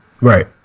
right